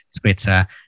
twitter